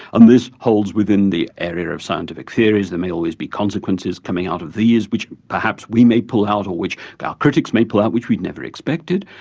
and this holds within the area of scientific theories there may always be consequences coming out of these, which perhaps we may pull out or which our critics may pull out, which we'd never expected.